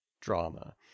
drama